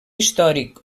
històric